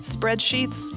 Spreadsheets